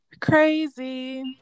crazy